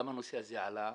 גם הנושא הזה עלה.